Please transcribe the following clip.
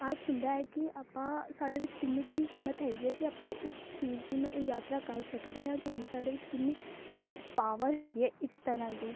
ਅਰਥ ਹੁੰਦਾ ਹੈ ਕਿ ਆਪਾਂ ਸਾਡੇ ਵਿੱਚ ਕਿੰਨੀ ਕੁ ਹਿੰਮਤ ਹੈਗੀ ਹੈ ਕਿ ਆਪਾਂ ਉਸ ਚੀਜ਼ ਨੂੰ ਯਾਤਰਾ ਕਰ ਸਕਦੇ ਹਾਂ ਕਿ ਨਹੀਂ ਸਾਡੇ ਵਿੱਚ ਕਿੰਨੀ ਇਹ ਪਾਵਰ ਹੈਗੀ ਹੈ ਇੱਕ ਤਰ੍ਹਾਂ ਦੀ